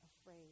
afraid